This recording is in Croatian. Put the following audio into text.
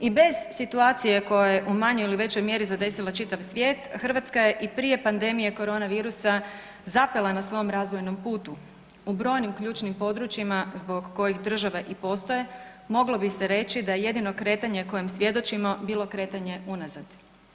I bez situacije koja je u manjoj ili većoj mjeri zadesila čitav svijet, Hrvatska je i prije pandemije korona virusa zapela na svom razvojnom putu u brojnim ključnim područjima zbog kojih države i postoje moglo bi se reći da jedino kretanje kojem svjedočimo bilo kretanje unazad.